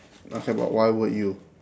okay but why would you